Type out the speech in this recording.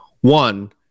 one